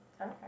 Okay